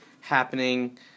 happening